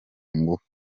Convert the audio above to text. ngufu